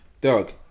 Doug